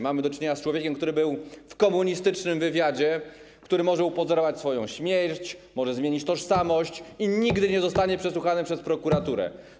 Mamy do czynienia z człowiekiem, który był w komunistycznym wywiadzie, który może upozorować swoją śmierć, może zmienić tożsamość i nigdy nie zostanie przesłuchany przez prokuraturę.